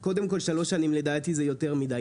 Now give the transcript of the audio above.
קודם כל שלוש שנים לדעתי זה יותר מידי.